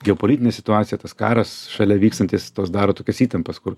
geopolitinė situacija tas karas šalia vykstantis tos daro tokios įtampos kur